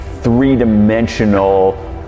three-dimensional